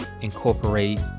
incorporate